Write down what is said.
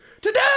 Today